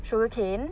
sugar cane